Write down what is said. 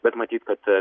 bet matyt kad